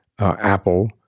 Apple